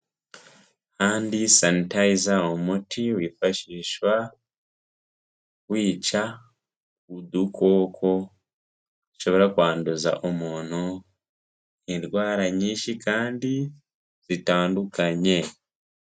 Kandi sanitayiza umuti wifashishwa wica udukoko dushobora kwanduza umuntu indwara nyinshi kandi zitandukanye.